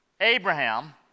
Abraham